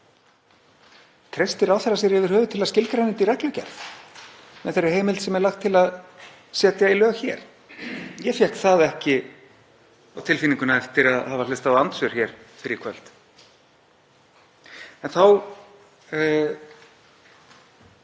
Treystir ráðherra sér yfir höfuð til að skilgreina í reglugerð með þeirri heimild sem lagt er til að setja í lög hér? Ég fékk það ekki á tilfinninguna eftir að hafa hlustað á andsvör hér fyrr í kvöld. Þá